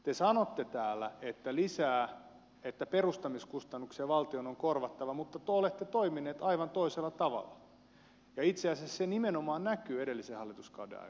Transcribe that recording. te sanotte täällä että perustamiskustannuksia valtion on korvattava mutta te olette toimineet aivan toisella tavalla ja itse asiassa se nimenomaan näkyi edellisen hallituskauden aikana